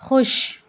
خوش